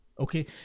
Okay